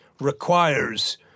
requires